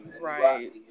Right